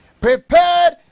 Prepared